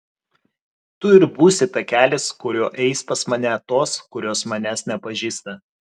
tu ir būsi takelis kuriuo eis pas mane tos kurios manęs nepažįsta